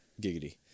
giggity